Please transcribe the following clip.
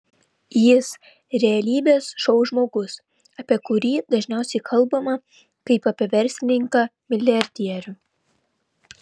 jis realybės šou žmogus apie kurį dažniausiai kalbama kaip apie verslininką milijardierių